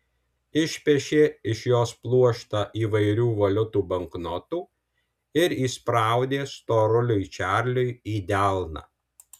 išpešė iš jos pluoštą įvairių valiutų banknotų ir įspraudė storuliui čarliui į delną